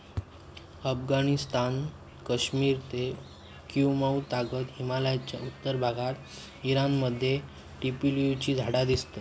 अफगणिस्तान, कश्मिर ते कुँमाउ तागत हिमलयाच्या उत्तर भागात ईराण मध्ये ट्युलिपची झाडा दिसतत